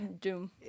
Doom